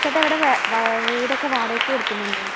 ചേട്ടാ ഇവിടെ വീടൊക്കെ വാടകയ്ക്ക് കൊടുക്കുന്നുണ്ടോ